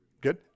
Good